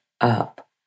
up